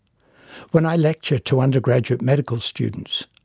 when i lecture to undergraduate medical students,